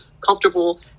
comfortable